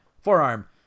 Forearm